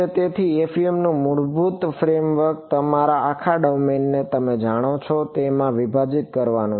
તેથી FEM નું મૂળભૂત ફ્રેમ વર્ક તમારા આખા ડોમેનને તમે જાણો છો તેમાં વિભાજીત કરવાનું છે